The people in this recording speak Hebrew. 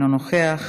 אינו נוכח,